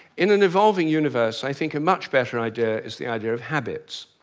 in an evolving universe, i think a much better idea is the idea of habits.